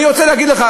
אני רוצה להגיד לך,